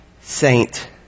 saint